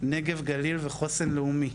נגב גליל וחוסן לאומי.